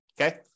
Okay